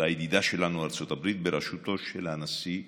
לידידה שלנו ארצות הברית בראשותו של הנשיא טראמפ.